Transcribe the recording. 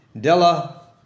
Della